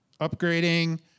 upgrading